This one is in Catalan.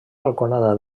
balconada